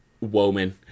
Woman